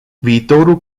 viitorul